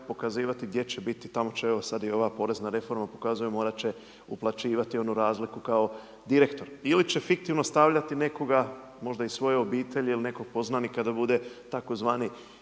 pokazivati gdje će biti tamo će evo će sad i ova porezna reforma pokazuje morat će uplaćivati onu razliku kao direktor, ili će fiktivno stavljati nekoga možda iz svoje obitelji ili nekog poznanika da bude tzv.